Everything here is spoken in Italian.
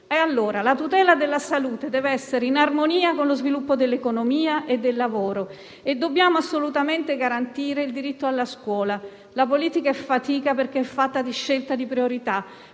La tutela della salute deve essere allora in armonia con lo sviluppo dell'economia e del lavoro e dobbiamo assolutamente garantire il diritto alla scuola. La politica è fatica, perché è fatta di scelte di priorità.